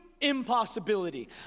impossibility